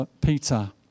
Peter